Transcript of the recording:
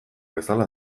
bezala